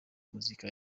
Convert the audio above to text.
muzika